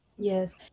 Yes